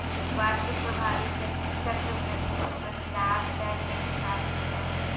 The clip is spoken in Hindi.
वार्षिक प्रभावी चक्रवृद्धि प्रतिलाभ दर कैसे प्राप्त होता है?